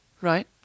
Right